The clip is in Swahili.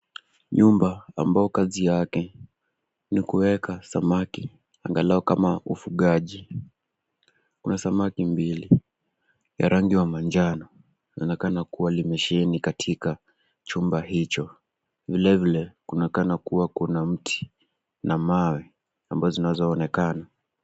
Nyumba ambao kazi yake ni kuweka samaki angalau kama ufugaji. Kuna samaki mbili ya rangi ya manjano. Linaonekana kuwa limesheheni katika chumba hicho. Vilevile, kunaonekana kuwa kuna mti na mawe ambazo zinazoonekana.